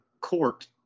court